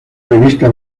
revista